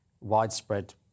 widespread